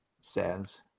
says